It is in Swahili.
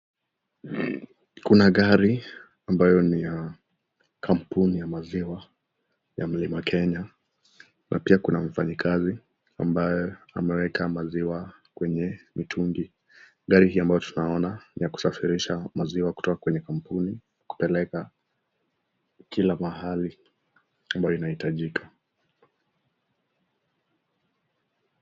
Kuna gari ambayo ni ya kampuni ya maziwa ya mlima kenya na pia kuna mfanyikazi ambaye ameweka maziwa kwenye mitungi, gari hii ambayo tunaona ni ya kusafirisha maziwa kutoka kwenye kampuni kupeleka kila mahali ambayo inahitajika.